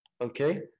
okay